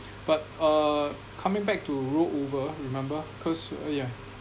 but uh coming back to rollover remember cause uh yeah